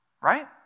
right